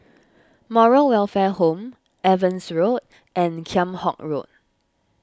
Moral Welfare Home Evans Road and Kheam Hock Road